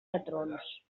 patrons